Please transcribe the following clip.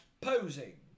posing